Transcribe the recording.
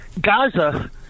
Gaza